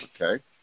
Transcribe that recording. okay